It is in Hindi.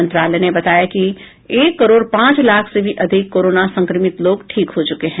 मंत्रालय ने बताया कि एक करोड पांच लाख से भी अधिक कोरोना संक्रमित लोग ठीक हो चुके हैं